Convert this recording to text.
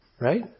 Right